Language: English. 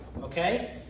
Okay